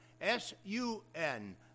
S-U-N